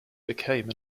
became